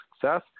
success